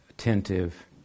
Attentive